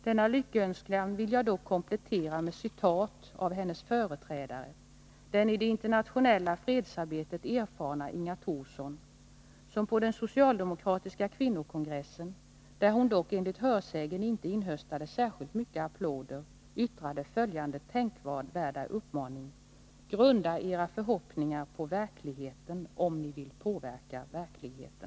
Denna lyckönskan vill jag dock komplettera med ett citat av hennes företrädare, den i det internationella fredsarbetet erfarna Inga Thorsson, som på den socialdemokratiska kvinnokongressen, där hon dock enligt hörsägen inte inhöstade särskilt mycket applåder, yttrade följande tänkvärda uppmaning: ”Grunda Era förhoppningar på verkligheten om Ni vill påverka verkligheten”.